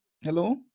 hello